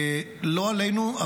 לא עלינו.